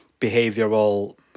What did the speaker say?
behavioral